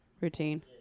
routine